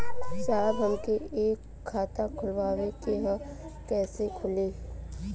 साहब हमके एक खाता खोलवावे के ह कईसे खुली?